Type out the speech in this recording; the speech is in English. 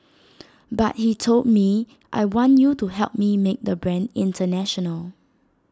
but he told me I want you to help me make the brand International